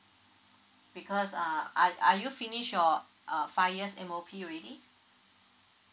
because uh are are you finished your uh five years M_O_P already